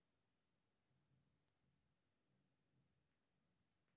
हम अपन लोन के राशि ऑफलाइन केना भरब?